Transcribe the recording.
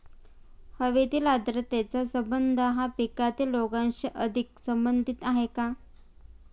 हवेतील आर्द्रतेचा संबंध हा पिकातील रोगांशी अधिक संबंधित आहे का?